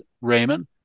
Raymond